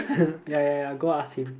ya ya ya go ask him